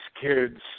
kids